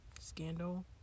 scandal